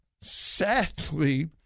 sadly